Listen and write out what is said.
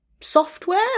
software